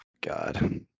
God